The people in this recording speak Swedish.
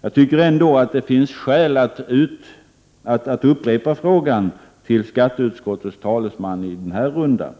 Jag tycker ändå att det finns skäl att upprepa frågan till skatteutskottets talesman i denna runda.